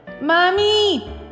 Mommy